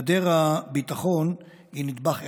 גדר הביטחון היא נדבך אחד,